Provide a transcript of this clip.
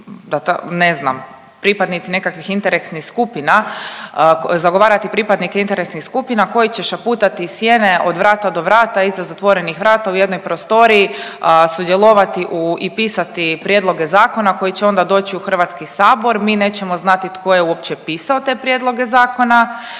ne znam, pripadnici nekakvih interesnih skupina zagovarati pripadnike interesnih skupina koji će šaputati iz sjene od vrata do vrata, iza zatvorenih vrata u jednoj prostoriji, sudjelovati u i pisati prijedloge zakona koji će onda doći u Hrvatski sabor. Mi nećemo znati tko je uopće pisao te prijedloge zakona,